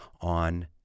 on